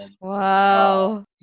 Wow